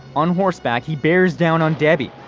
on horseback he bears down on debbie.